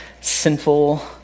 sinful